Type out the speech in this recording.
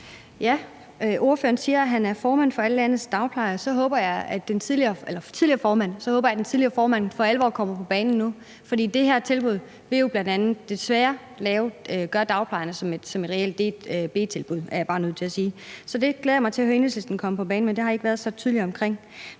(V): Ordføreren siger, at han er tidligere formand for alle landets dagplejere. Så håber jeg, at den tidligere formand for alvor kommer på banen nu, for det her tilbud gør jo desværre bl.a. dagplejerne til et reelt B-tilbud, er jeg bare nødt til at sige. Så det glæder jeg mig til at høre Enhedslisten komme på banen om, det har man ikke været så tydelig omkring.